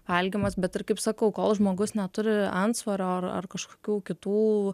valgymas bet ir kaip sakau kol žmogus neturi antsvorio ar ar kažkokių kitų